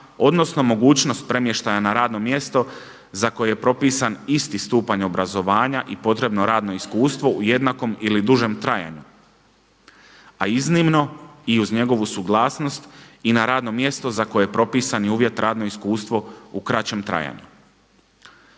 odnosno mogućnost premještaja na radno mjesto za koji je propisan isti stupanj obrazovanja i potrebno radno iskustvo u jednakom ili dužem trajanju. A iznimno i uz njegovu suglasnost i na radno mjesto za koji je propisan uvjet radno iskustvo u kraćem trajanju.